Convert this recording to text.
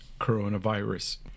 coronavirus